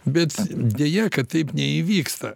bet deja kad taip neįvyksta